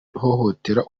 guhohotera